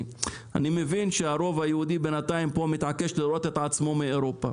אני מבין שהרוב היהודי בינתיים פה מתעקש לראות את עצמו מאירופה.